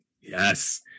Yes